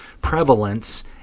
prevalence